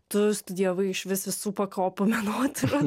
tu studijavai iš vis visų pakopų menotyrą